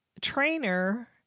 trainer